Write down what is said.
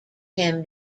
him